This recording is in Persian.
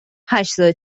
هشتاد